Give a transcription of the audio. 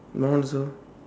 my one also